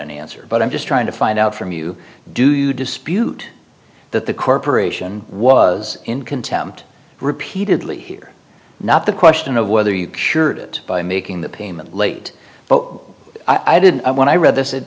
y answer but i'm just trying to find out from you do you dispute that the corporation was in contempt repeatedly here not the question of whether you cured it by making the payment late but i did when i read this it